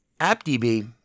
AppDB